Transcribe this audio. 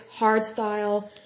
hardstyle